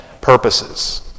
purposes